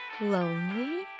lonely